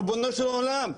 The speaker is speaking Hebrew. ריבונו של עולם,